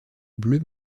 bleu